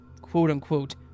quote-unquote